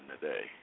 today